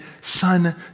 son